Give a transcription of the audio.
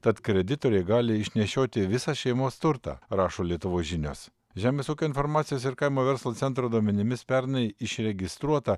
tad kreditoriai gali išnešioti visą šeimos turtą rašo lietuvos žinios žemės ūkio informacijos ir kaimo verslo centro duomenimis pernai išregistruota